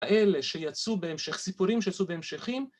‫האלה שיצאו בהמשך, סיפורים ‫שיצאו בהמשכים.